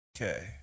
Okay